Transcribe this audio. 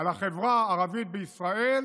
על החברה הערבית בישראל